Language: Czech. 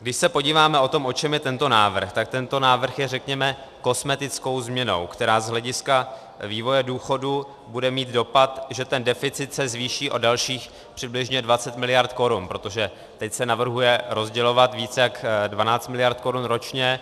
Když se podíváme, o čem je tento návrh, tak tento návrh je, řekněme, kosmetickou změnou, která z hlediska vývoje důchodů bude mít dopad, že ten deficit se zvýší o dalších přibližně 20 mld. korun, protože teď se navrhuje rozdělovat více jak 12 mld. korun ročně.